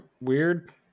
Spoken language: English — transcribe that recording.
weird